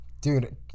Dude